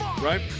Right